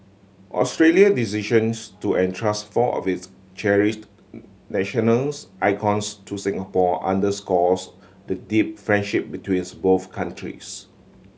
Australia decisions to entrust four of its cherished nationals icons to Singapore underscores the deep friendship betweens both countries